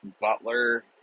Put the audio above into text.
Butler